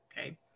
Okay